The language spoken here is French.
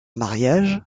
mariage